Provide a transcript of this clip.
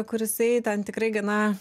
kur jisai ten tikrai gana